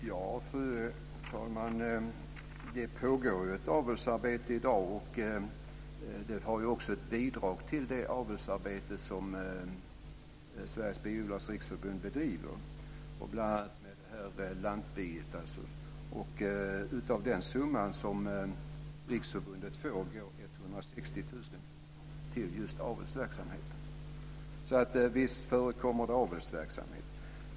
Fru talman! Det pågår ett avelsarbete i dag. Det är ett bidrag till det avelsarbetet som Sveriges Biodlares Riksförbund bedriver, bl.a. med lantbiet. Av den summa som riksförbundet får går 160 000 kr till just avelsverksamheten. Visst förekommer det avelsverksamhet.